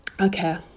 Okay